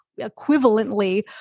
equivalently